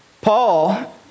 Paul